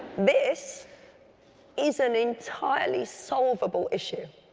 this is an entirely solvable issue.